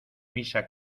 misa